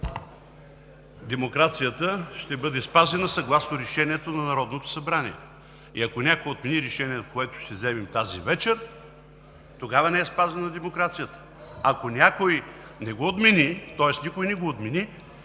демокрацията ще бъде спазена, съгласно решението на Народното събрание. Ако някой отмени решението, което ще вземем тази вечер, тогава не е спазена демокрацията. Ако не го отмени, тоест никой не го отмени,